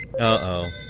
Uh-oh